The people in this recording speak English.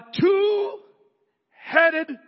two-headed